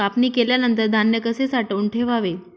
कापणी केल्यानंतर धान्य कसे साठवून ठेवावे?